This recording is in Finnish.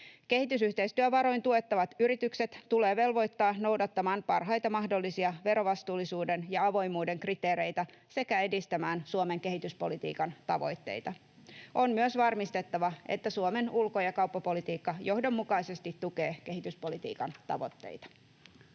Kehitysyhteistyövaroin tuettavat yritykset tulee velvoittaa noudattamaan parhaita mahdollisia verovastuullisuuden ja avoimuuden kriteereitä sekä edistämään Suomen kehityspolitiikan tavoitteita. On myös varmistettava, että Suomen ulko- ja kauppapolitiikka johdonmukaisesti tukee kehityspolitiikan tavoitteita.